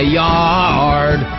yard